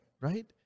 right